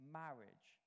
marriage